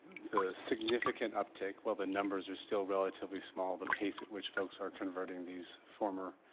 the significant uptick, while the numbers are still relatively small the pace at which folks are converting these former